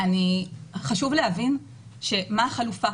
חשוב להבין מהי החלופה: